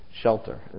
shelter